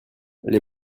les